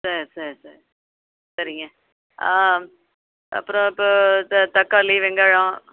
சரி சரி சரி சரிங்க ஆ அப்புறம் இப்போ த தக்காளி வெங்காயம்